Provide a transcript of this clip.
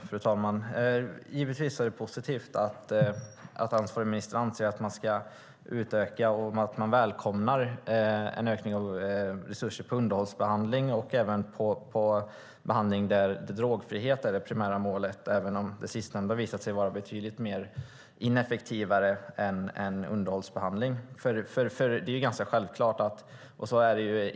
Fru talman! Givetvis är det positivt att ansvarig minister anser att den ska utökas och välkomnar en ökning av resurserna vad gäller underhållsbehandling och annan behandling där drogfrihet är det primära målet. Det sistnämnda har dock visat sig vara betydligt mer ineffektivt än underhållsbehandling.